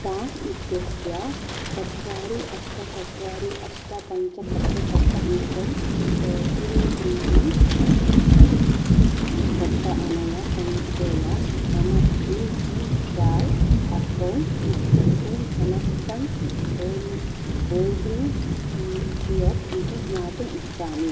प्राण् इत्यस्य चत्वारि अष्ट चत्वारि अष्ट पञ्च सप्त सप्त एकं त्रीणी त्रीणी षट् सप्त अनया ससङ्ख्यया मम ए पी वय् अक्कौण्ट् इत्यस्मिन् समस्तं होल् होल्डिङ्ग् कि कियत् इति ज्ञातुम् इच्छामि